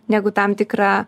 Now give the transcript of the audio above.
negu tam tikra